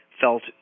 felt